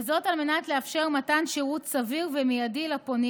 וזאת כדי לאפשר מתן שירות סביר ומיידי לפונים